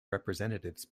representatives